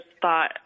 thought